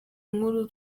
nkuru